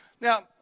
Now